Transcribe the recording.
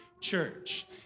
church